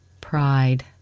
Pride